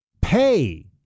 pay